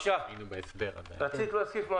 אתה רוצה שאני אסביר על